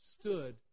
stood